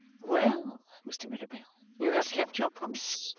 well, mr. mirabell, you have kept your promise,